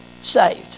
saved